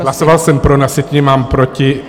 Hlasoval jsem pro, na sjetině mám proti.